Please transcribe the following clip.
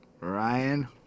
Ryan